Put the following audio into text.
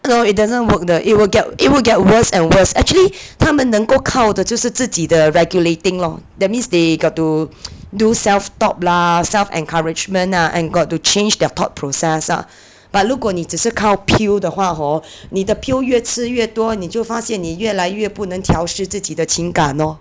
though it doesn't work the it will get it will get worse and worse actually 他们能够靠的就是自己的 regulating lor that means they got to do self talk lah self-encouragement ah and got to change their thought process ah but 如果你只是靠 pill 的话 hor 你的 pill 越吃越多你就发现你越来越不能调适自己的情感 orh